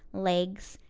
legs,